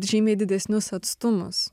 žymiai didesnius atstumus